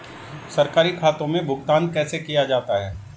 सरकारी खातों में भुगतान कैसे किया जाता है?